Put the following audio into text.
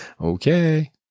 Okay